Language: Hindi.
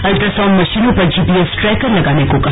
अल्ट्रासाउंड मशीनों पर जीपीएस ट्रैकर लगाने को कहा